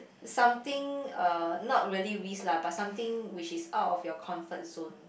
something uh not really risk lah but something which is out of your comfort zone